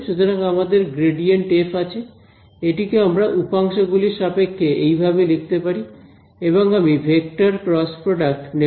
সুতরাং আমাদের ∇f আছে এটিকে আমরা উপাংশ গুলির সাপেক্ষে এইভাবে লিখতে পারি এবং আমি ভেক্টর ক্রস প্রডাক্ট নেব